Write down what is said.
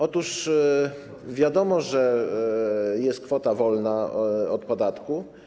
Otóż wiadomo, że jest kwota wolna od podatku.